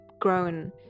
grown